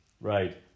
Right